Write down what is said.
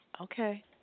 Okay